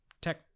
tech